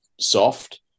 soft